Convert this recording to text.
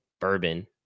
bourbon